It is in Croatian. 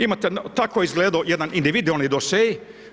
Imate, tako je izgledao jedan individualni dosje.